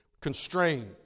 constrained